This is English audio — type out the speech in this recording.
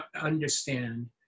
understand